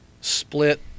split